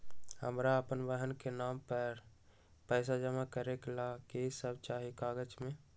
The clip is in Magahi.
हमरा अपन बहन के नाम पर पैसा जमा करे ला कि सब चाहि कागज मे?